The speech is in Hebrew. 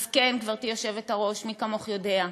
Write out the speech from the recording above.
אז כן, גברתי היושבת-ראש, מי כמוך יודע,